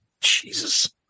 Jesus